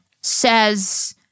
says